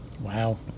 Wow